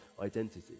identity